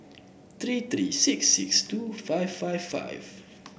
three three six six two five five five